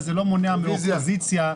רביזיה.